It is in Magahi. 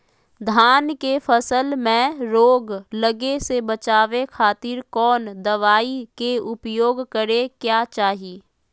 धान के फसल मैं रोग लगे से बचावे खातिर कौन दवाई के उपयोग करें क्या चाहि?